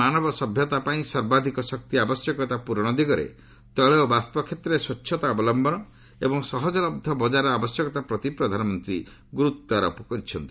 ମାନବ ସଭ୍ୟତା ପାଇଁ ସର୍ବାଧକ ଶକ୍ତି ଆବଶ୍ୟକତା ପ୍ରରଣ ଦିଗରେ ତେିଳ ଓ ବାଷ୍କ କ୍ଷେତ୍ରରେ ସ୍ୱଚ୍ଚତା ଅବଲମ୍ଭନ ଏବଂ ସହଜଲହ ବଜାରର ଆବଶ୍ୟକତା ପ୍ରତି ପ୍ରଧାନମନ୍ତ୍ରୀ ଗୁରୁତ୍ୱାରୋପ କରିଛନ୍ତି